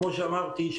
כמו שאמרתי,